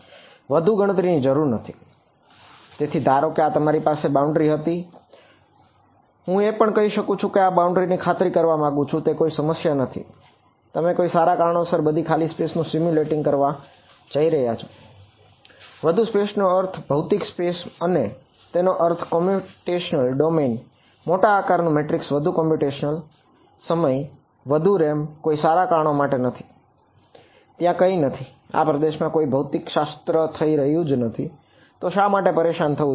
વધુ ગણતરીની જરૂર નથી બરાબર તેથી ધારો કે આ તમારી બાઉન્ડ્રી કોઈ સારા કારણ માટે નથી ત્યાં કંઈ નથી આ પ્રદેશમાં કોઈ ઉત્તેજક ભૌતિકશાસ્ત્ર થઈ રહ્યું નથી શા માટે પરેશાન થવું